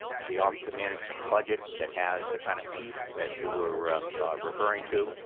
the office of management budget that has the kind of teeth that you were referring to.